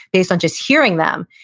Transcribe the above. based on just hearing them.